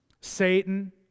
Satan